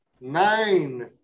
nine